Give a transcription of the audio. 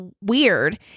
weird